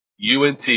UNT